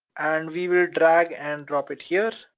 and we will drag and drop it here.